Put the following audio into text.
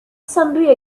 sundry